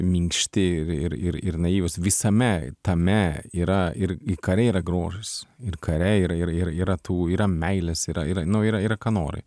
minkšti ir ir ir naivūs visame tame yra ir kare yra grožis ir kare ir ir ir yra tų yra meilės yra yra nu yra yra ką nori